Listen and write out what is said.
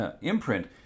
imprint